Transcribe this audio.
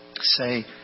say